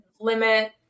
limit